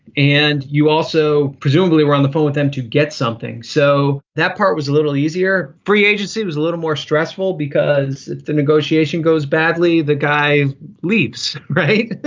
and you also presumably were on the phone with them to get something. so that part was a little easier. free agency was a little more stressful because the negotiation goes badly. the guy leafs. right.